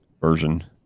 version